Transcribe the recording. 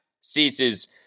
ceases